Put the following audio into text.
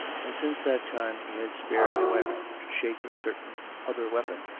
and since that time he had spared no effort to shape a certain other weapon,